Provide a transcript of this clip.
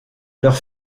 leurs